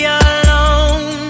alone